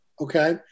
okay